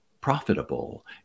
profitable